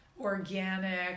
organic